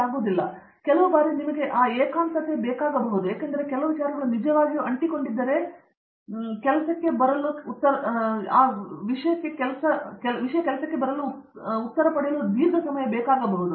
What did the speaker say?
ಅರಂದಾಮ ಸಿಂಗ್ ಆದರೆ ಕೆಲವು ಬಾರಿ ನಿಮಗೆ ಆ ಏಕಾಂತತೆ ಬೇಕಾಗಬಹುದು ಏಕೆಂದರೆ ಕೆಲವು ವಿಚಾರಗಳು ನಿಜವಾಗಿಯೂ ಅಂಟಿಕೊಂಡಿದ್ದರೆ ನೀವು ಕೆಲಸಕ್ಕೆ ಬರಲು ಕೆಲವು ಉತ್ತರ ಸಮಯ ಬೇಕಾಗುತ್ತದೆ